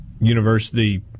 university